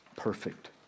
perfect